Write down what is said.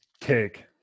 Cake